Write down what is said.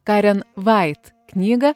karen vait knygą